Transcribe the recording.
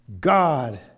God